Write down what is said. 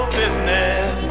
business